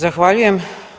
Zahvaljujem.